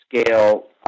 scale